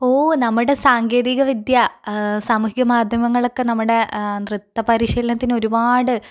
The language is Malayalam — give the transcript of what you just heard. ഓ നമ്മുടെ സാങ്കേതിക വിദ്യ സാമൂഹിക മാധ്യമങ്ങളൊക്കെ നമ്മുടെ നൃത്തപരിശീലനത്തിന് ഒരുപാട്